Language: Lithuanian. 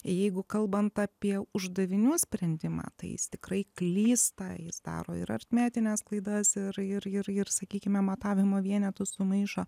jeigu kalbant apie uždavinių sprendimątai jis tikrai klysta jis daro ir aritmetines klaidas ir ir ir ir sakykime matavimo vienetus sumaišo